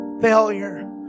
failure